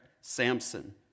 Samson